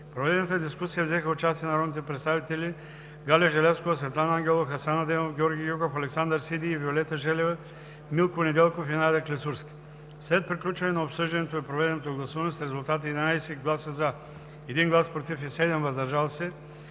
проведената дискусия взеха участие народните представители Галя Желязкова, Светлана Ангелова, Хасан Адемов, Георги Гьоков, Александър Сиди, Виолета Желева, Милко Недялков и Надя Клисурска. След приключване на обсъждането и проведеното гласуване с резултати: 11 гласа „за“, 1 глас „против“ и 7 гласа „въздържал се“,